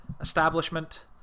establishment